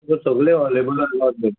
सगले अवेबल आसात न्ही